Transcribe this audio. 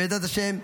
בעזרת השם,